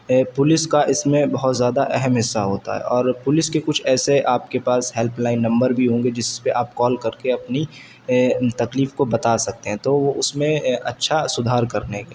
police کا اس میں بہت زیادہ اہم حصہ ہوتا ہے اور پولیس کے کچھ ایسے آپ کے پاس ہیلپ لائن نمبر بھی ہوں گے جس پہ آپ کال کر کے اپنی تکلیف کو بتا سکتے ہیں تو وہ اس میں اچھا سدھار کرنے کے